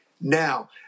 now